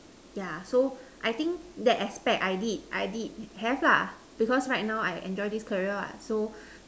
yeah so I think that aspect I did I did have lah because right now I enjoy this career what so